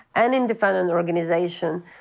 an independent organization,